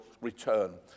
return